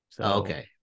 Okay